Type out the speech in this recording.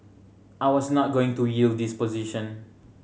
I was not going to yield this position